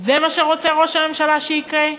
זה מה שרוצה ראש הממשלה שיקרה?